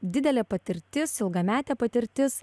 didelė patirtis ilgametė patirtis